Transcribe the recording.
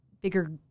bigger